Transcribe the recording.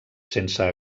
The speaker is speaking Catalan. sense